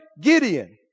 Gideon